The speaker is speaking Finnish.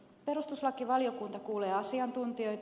perustuslakivaliokunta kuulee asiantuntijoita